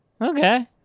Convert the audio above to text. Okay